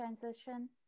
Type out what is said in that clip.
transition